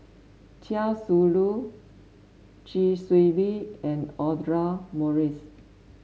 Chia Shi Lu Chee Swee Lee and Audra Morrice